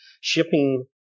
shipping